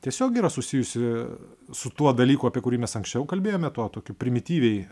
tiesiog yra susijusi su tuo dalyku apie kurį mes anksčiau kalbėjome tuo tokiu primityviai